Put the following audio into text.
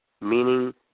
meaning